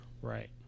right